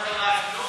לא קרה כלום.